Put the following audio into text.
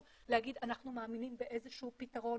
להגיד: אנחנו מאמינים באיזשהו פתרון,